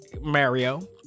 Mario